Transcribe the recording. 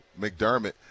McDermott